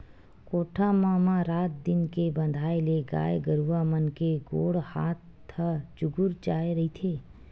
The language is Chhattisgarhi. कोठा म म रात दिन के बंधाए ले गाय गरुवा मन के गोड़ हात ह चूगूर जाय रहिथे